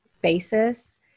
basis